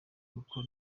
kuko